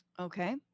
Okay